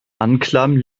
anklam